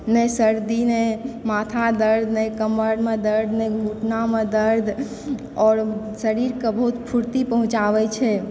ने सर्दी ने माथा दर्द ने कमर मे दर्द ने घुटना मे दर्द आओर शरीरके बहुत फुर्ती पहुँचाबै छै